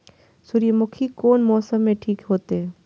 सूर्यमुखी कोन मौसम में ठीक होते?